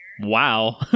Wow